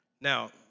Now